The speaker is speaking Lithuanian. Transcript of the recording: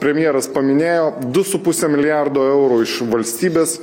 premjeras paminėjo du su puse milijardo eurų iš valstybės